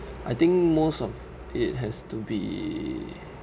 I think most of it has to be